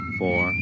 four